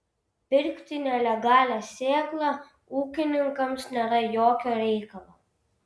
pirkti nelegalią sėklą ūkininkams nėra jokio reikalo